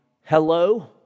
hello